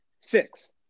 Six